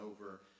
over